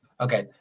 Okay